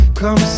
come